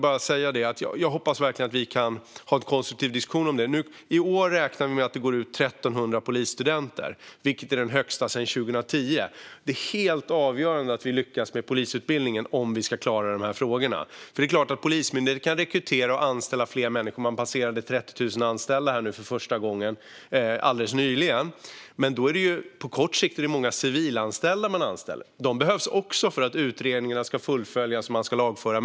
Jag hoppas att vi kan ha en konstruktiv diskussion om detta. Vi räknar med att det går ut 1 300 polisstudenter, vilket är den högsta siffran sedan 2010. Det är helt avgörande att vi lyckas med polisutbildningen om vi ska klara dessa frågor. Polismyndigheten kan rekrytera och anställa fler människor, och man passerade nyligen 30 000 anställda för första gången. Men många är civilanställda, och de behövs för att utredningar ska fullföljas och människor lagföras.